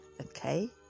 okay